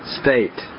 state